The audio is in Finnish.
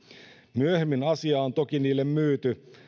myöhemmin asia on toki niille myyty